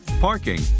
parking